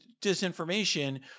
disinformation